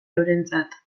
eurentzat